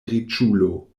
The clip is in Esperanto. riĉulo